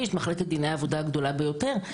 יש מחלקת דיני עבודה הגדולה ביותר,